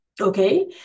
okay